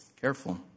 Careful